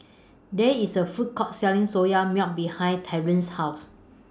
There IS A Food Court Selling Soya Milk behind Trenten's House